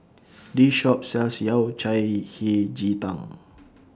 This Shop sells Yao Cai Hei Ji Tang